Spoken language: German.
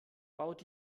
baut